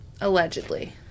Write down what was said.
Allegedly